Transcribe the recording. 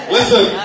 Listen